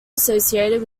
associated